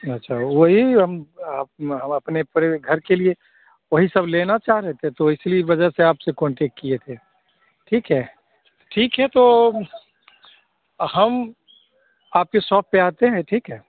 अच्छा वही हम अप हम अपने पर घर के लिए वही सब लेना चाह रहे थे तो इसी वजह से आप से कांटेक्ट किए थे ठीक है ठीक है तो हम आपके शॉप पर आते हैं ठीक है